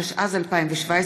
התשע"ז 2017,